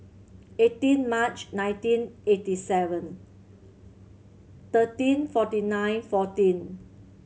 eighteen March nineteen eighty seven thirteen forty nine fourteen